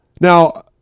Now